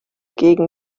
gegen